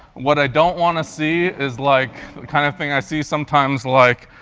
what i don't want to see is like the kind of thing i see sometimes, like,